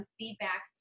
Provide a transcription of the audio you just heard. feedback